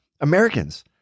Americans